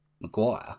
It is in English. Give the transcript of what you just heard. Maguire